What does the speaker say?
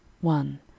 one